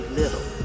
little